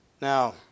Now